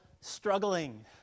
struggling